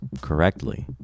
correctly